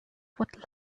what